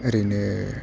ओरैनो